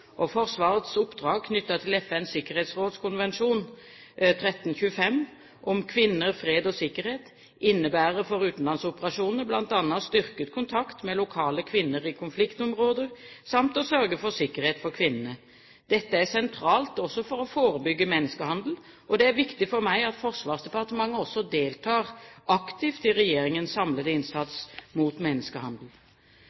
Forsvarets oppdrag knyttet til FNs sikkerhetsrådsresolusjon 1325 om kvinner, fred og sikkerhet innebærer for utenlandsoperasjonene bl.a. styrket kontakt med lokale kvinner i konfliktområder samt å sørge for sikkerhet for kvinnene. Dette er sentralt også for å forebygge menneskehandel, og det er viktig for meg at Forsvarsdepartementet også deltar aktivt i regjeringens samlede